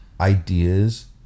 ideas